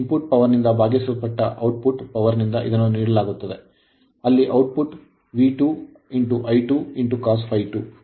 ಇನ್ ಪುಟ್ power ನಿಂದ ಭಾಗಿಸಲ್ಪಟ್ಟ output power ನಿಂದ ಇದನ್ನು ನೀಡಲಾಗುತ್ತದೆ ಅಲ್ಲಿ output V2 I2 cos '∅2